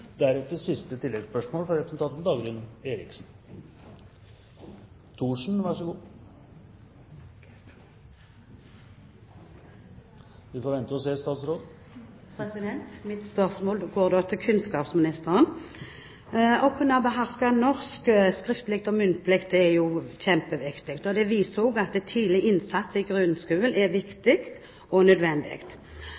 Thorsen – til oppfølgingsspørsmål. Mitt spørsmål går til kunnskapsministeren. Å kunne beherske norsk skriftlig og muntlig er kjempeviktig, og det viser også at tidlig innsats i grunnskolen er